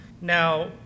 Now